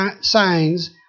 signs